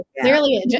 Clearly